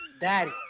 daddy